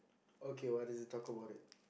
okay what is it talk about it